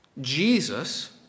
Jesus